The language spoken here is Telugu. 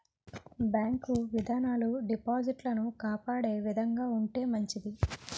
బ్యాంకు విధానాలు డిపాజిటర్లను కాపాడే విధంగా ఉంటే మంచిది